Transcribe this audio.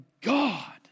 God